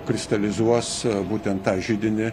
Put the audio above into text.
kristalizuos būtent tą židinį